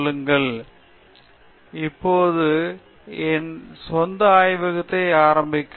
அஷ்வின் நான் இப்போது என் சொந்த ஆய்வகத்தை ஆரம்பிக்கலாம்